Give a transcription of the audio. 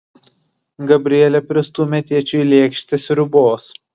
gabrielė pristūmė tėčiui lėkštę sriubos